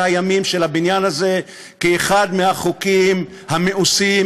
הימים של הבניין הזה כאחד מהחוקים המאוסים,